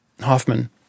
Hoffman